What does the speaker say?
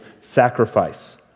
sacrifice